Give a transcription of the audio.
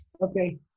Okay